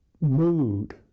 mood